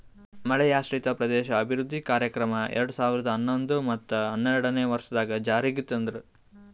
ಮಳೆಯಾಶ್ರಿತ ಪ್ರದೇಶ ಅಭಿವೃದ್ಧಿ ಕಾರ್ಯಕ್ರಮ ಎರಡು ಸಾವಿರ ಹನ್ನೊಂದು ಮತ್ತ ಹನ್ನೆರಡನೇ ವರ್ಷದಾಗ್ ಜಾರಿಗ್ ತಂದ್ರು